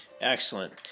Excellent